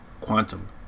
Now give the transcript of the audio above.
quantum